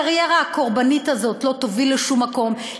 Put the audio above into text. הקריירה הקורבנית הזאת לא תוביל לשום מקום,